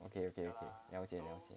okay okay okay 了解了解